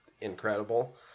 incredible